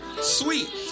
sweet